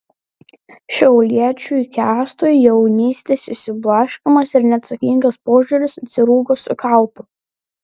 šiauliečiui kęstui jaunystės išsiblaškymas ir neatsakingas požiūris atsirūgo su kaupu